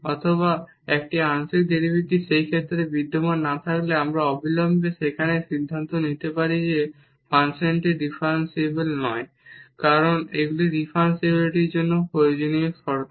অথবা একটি আংশিক ডেরিভেটিভ সেই ক্ষেত্রে বিদ্যমান না থাকলে আমরা অবিলম্বে সেখানে সিদ্ধান্ত নিতে পারি যে ফাংশনটি ডিফারেনসিবল নয় কারণ এগুলি ডিফারেনশিবিলিটির জন্য প্রয়োজনীয় শর্ত